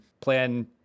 plan